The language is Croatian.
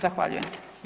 Zahvaljujem.